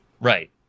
Right